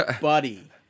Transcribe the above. Buddy